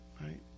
Right